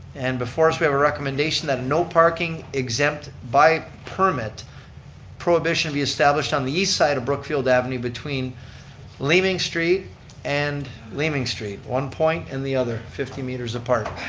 and before us, we have a recommendation that no parking exempt by permit prohibition be established on the east side of brookfield avenue between leeming street and leeming street, one point in the other, fifteen meters apart.